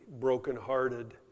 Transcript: brokenhearted